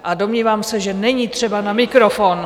A domnívám se, že není třeba na mikrofon.